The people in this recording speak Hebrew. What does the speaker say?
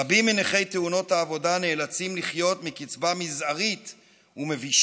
רבים מנכי תאונות העבודה נאלצים לחיות מקצבה מזערית ומבישה,